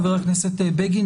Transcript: חבר הכנסת בגין,